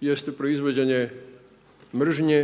jeste proizvođenje mržnje,